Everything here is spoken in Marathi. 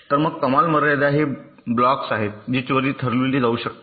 तर कमाल मर्यादा हे ब्लॉक्स आहेत जे त्वरित हलविले जाऊ शकतात